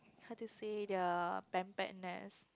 how to say their pamperness